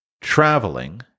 traveling